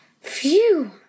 Phew